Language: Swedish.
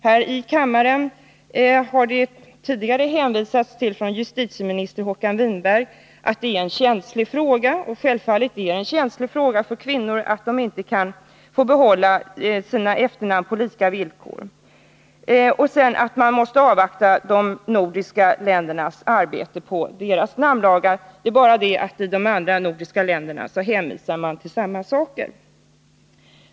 Här i kammaren har justitieministern Håkan Winberg tidigare hänvisat till att detta är en känslig fråga — och självfallet är det en känslig fråga för kvinnor att de inte kan få behålla sina efternamn på lika villkor som männen — och vidare har justitieministern hänvisat till att man måste avvakta resultatet av de övriga nordiska länderna arbete på deras namnlagar. — Det är bara det att man i de andra nordiska länderna hänvisar till samma skäl.